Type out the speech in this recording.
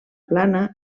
plana